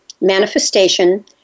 manifestation